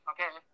Okay